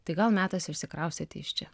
tai gal metas išsikraustyti iš čia